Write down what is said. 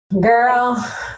girl